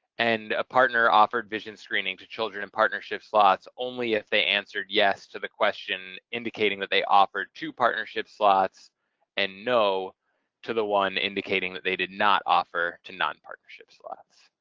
and a partner offered vision screening to children in partnership slots only if they answered yes to the question indicating that they offered to partnership slots slots and no to the one indicating that they did not offer to non-partnership slots.